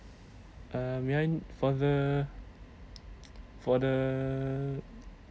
err may I for the for the